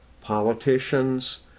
politicians